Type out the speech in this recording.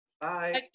Bye